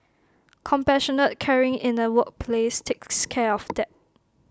compassionate caring in the workplace takes care of that